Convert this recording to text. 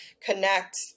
connect